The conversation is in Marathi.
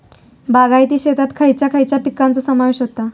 बागायती शेतात खयच्या खयच्या पिकांचो समावेश होता?